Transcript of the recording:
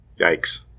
Yikes